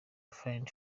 find